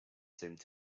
seemed